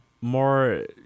More